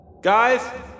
Guys